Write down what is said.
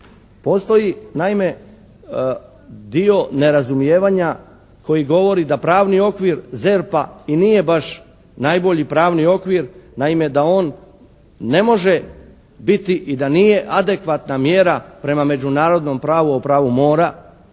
Postoji naime dio nerazumijevanja koji govori da pravni okvir ZERP-a i nije baš najbolji pravni okvir. Naime, da on ne može biti i da nije adekvatna mjera prema međunarodnom pravu o pravu mora,